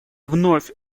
вновь